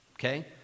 Okay